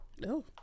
No